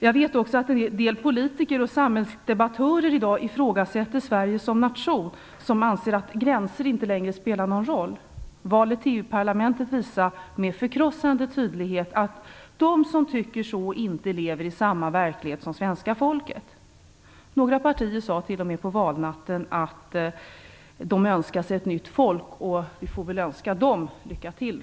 Jag vet att en del politiker och samhällsdebattörer i dag ifrågasätter Sverige som nation, som anser att gränser inte längre spelar någon roll. Valet till EU parlamentet visade, med förkrossande tydlighet, att de som tycker så inte lever i samma verklighet som svenska folket. Några partier sade t.o.m. på valnatten att de önskade sig ett nytt folk. Vi får väl önska dem lycka till.